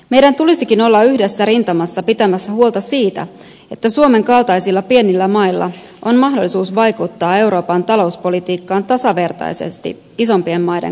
meidän tulisikin olla yhdessä rintamassa pitämässä huolta siitä että suomen kaltaisilla pienillä mailla on mahdollisuus vaikuttaa euroopan talouspolitiikkaan tasavertaisesti isompien maiden kanssa